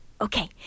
Okay